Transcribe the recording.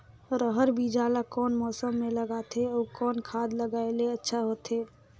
रहर बीजा ला कौन मौसम मे लगाथे अउ कौन खाद लगायेले अच्छा होथे?